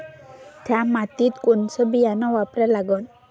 थ्या मातीत कोनचं बियानं वापरा लागन?